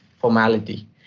formality